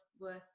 worth